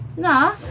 no,